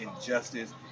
injustice